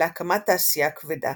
להקמת תעשייה כבדה.